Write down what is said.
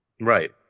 Right